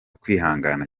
kwihangana